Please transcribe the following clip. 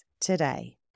today